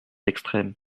extrême